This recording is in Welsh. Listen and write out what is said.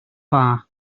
dda